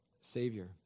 Savior